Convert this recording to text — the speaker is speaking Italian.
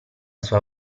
sua